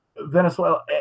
Venezuela